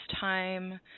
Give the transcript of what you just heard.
time